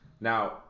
Now